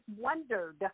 wondered